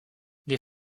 les